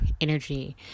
energy